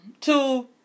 Two